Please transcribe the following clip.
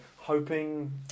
Hoping